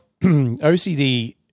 OCD